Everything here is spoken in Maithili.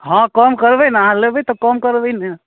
हाँ कम करबै ने अहाँ लेबै तऽ कम करबै ने